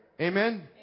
Amen